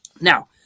Now